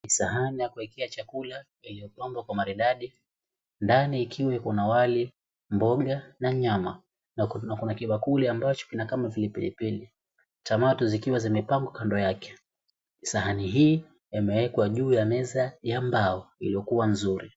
Kisahani ya kuwekea chakula iliyopambwa kwa maridadi ndani ikiwa iko na wali, mboga na nyama na kuna kibakuli ambacho kina kama vile pilipili. Tomato zikiwa zimepangwa kando yake. Sahani hii imeekwa juu ya meza ya mbao iliyokuwa nzuri.